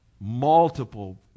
multiple